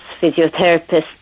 physiotherapists